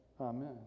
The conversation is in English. Amen